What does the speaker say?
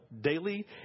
daily